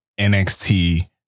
NXT